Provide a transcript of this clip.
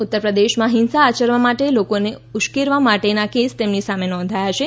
ઉત્તરપ્રદેશમાં હીંસા આચરવા માટે લોકોને ઉશ્કેરવા માટેના કેસ તેમની સામે નોંધાયા છે